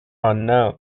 unknown